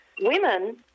women